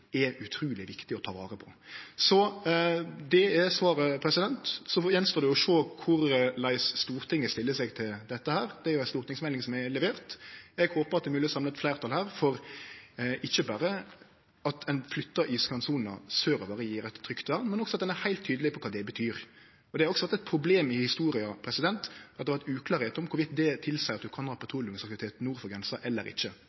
er utruleg viktig å ta vare på. Det er svaret, og så får ein sjå korleis Stortinget stiller seg til dette. Det er jo ei stortingsmelding som er levert. Eg håpar at det er mogleg å samle eit fleirtal her, ikkje berre for at ein flyttar iskantsona sørover og gjev eit trygt vern, men også at ein er heilt tydeleg på kva det betyr. Det har vore eit problem i historia at det har vore uklarheit om det betyr at ein kan ha petroleumsaktivitet nord for grensa eller ikkje.